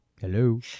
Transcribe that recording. Hello